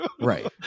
Right